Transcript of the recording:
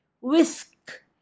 whisk